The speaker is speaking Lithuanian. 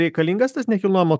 reikalingas tas nekilnojamo